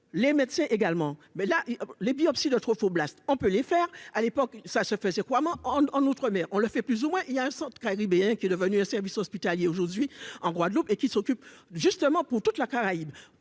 les médecins et également, mais la et les biopsies de troupeaux Blast, on peut les faire à l'époque, ça se faisait couramment, en outre, mais on le fait plus ou moins, il y a un centre caribéen, qui est devenu un service hospitalier aujourd'hui en Guadeloupe et qui s'occupe justement pour toute la Caraïbe